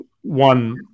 one